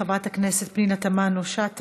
חברת הכנסת פנינה תמנו-שטה,